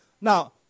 Now